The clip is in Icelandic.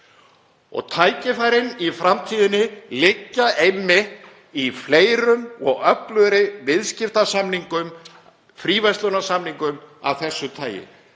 Tækifærin í framtíðinni liggja einmitt í fleiri og öflugri viðskiptasamningum, fríverslunarsamningum, af þessu tagi.